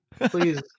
please